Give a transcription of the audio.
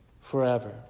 forever